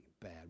Bad